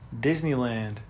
Disneyland